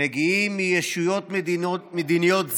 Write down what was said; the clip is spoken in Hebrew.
מגיעים מישויות מדיניות זרות: